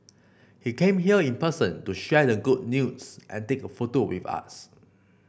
he came here in person to share the good news and take a photo with us